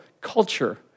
culture